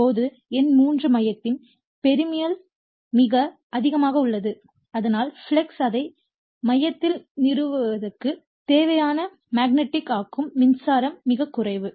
இப்போது எண் 3 மையத்தின் பெரிமியபிலிட்டி மிக அதிகமாக உள்ளது இதனால் ஃப்ளக்ஸ் அதை மையத்தில் நிறுவுவதற்கு தேவையான மேக்னெட்டிக் ஆக்கும் மின்சாரம் மிகக் குறைவு